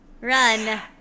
Run